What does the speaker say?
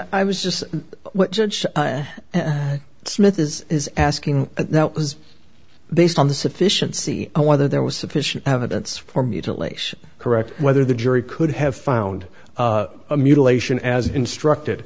i was just what judge smith is is asking that was based on the sufficiency of whether there was sufficient evidence for mutilation correct whether the jury could have found a mutilation as instructed